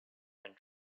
and